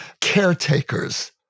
caretakers